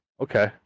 Okay